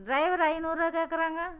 driver ஐநூறுரூபா கேக்கிறாங்க